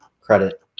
credit